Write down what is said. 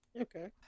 okay